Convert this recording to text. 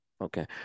Okay